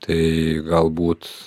tai galbūt